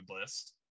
list